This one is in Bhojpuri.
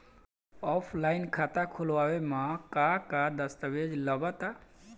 ऑफलाइन खाता खुलावे म का का दस्तावेज लगा ता?